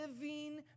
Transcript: living